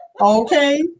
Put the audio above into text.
Okay